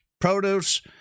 produce